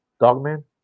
Dogman